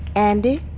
andi,